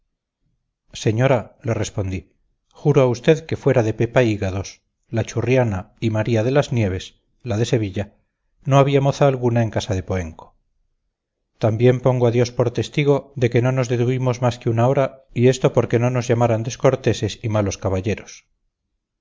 señora le respondí juro a usted que fuera de pepa hígados la churriana y maría de las nieves la de sevilla no había moza alguna en casa de poenco también pongo a dios por testigo de que no nos detuvimos más que una hora y esto porque no nos llamaran descorteses y malos caballeros